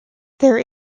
there